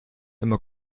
immer